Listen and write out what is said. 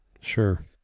Sure